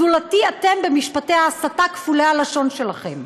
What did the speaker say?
זולתי אתם במשפטי ההסתה כפולי הלשון שלכם.